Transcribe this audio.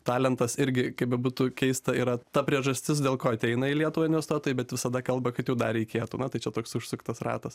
talentas irgi kaip bebūtų keista yra ta priežastis dėl ko ateina į lietuvą investuotojai bet visada kalba kad jų dar reikėtų na tai čia toks užsuktas ratas